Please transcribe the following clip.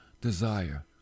desire